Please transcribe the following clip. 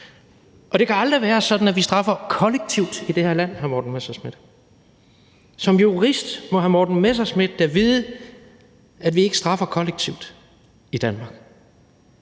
og det kan aldrig være sådan, at vi straffer kollektivt i det her land, hr. Morten Messerschmidt. Som jurist må hr. Morten Messerschmidt da vide, at vi ikke straffer kollektivt i Danmark.